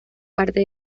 parte